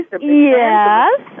Yes